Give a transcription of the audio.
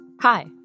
Hi